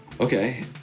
Okay